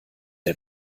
der